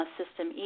system